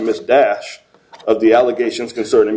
miss dash of the allegations concerning